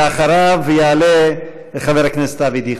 ואחריו יעלה חבר הכנסת אבי דיכטר.